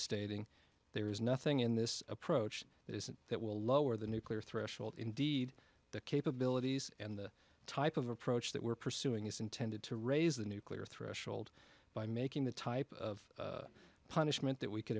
stating there is nothing in this approach that isn't that will lower the nuclear threshold indeed the capabilities and the type of approach that we're pursuing is intended to raise the nuclear threshold by making the type of punishment that we can